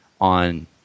on